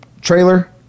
Trailer